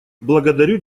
благодарю